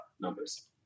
numbers